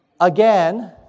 again